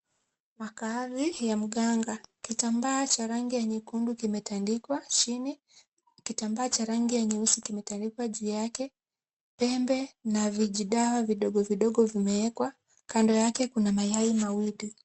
Makaazi ya mganga. Kitambaa cha rangi ya nyekundu kimetandikwa chini. Kitambaa cha rangi ya nyeusi kimetandikwa juu yake. Pembe na vijidawa vidogo vidogo vimewekwa. Kando yake kuna mayai mawili.